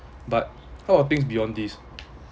but how about things beyond these